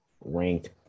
ranked